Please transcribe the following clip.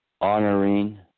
honoring